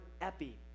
epi